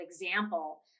example